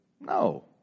No